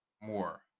more